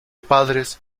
padres